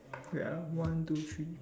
wait ah one two three